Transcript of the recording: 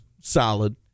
solid